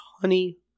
honey